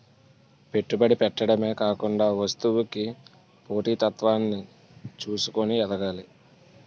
పెట్టుబడి పెట్టడమే కాకుండా వస్తువుకి పోటీ తత్వాన్ని చూసుకొని ఎదగాలి